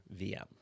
VM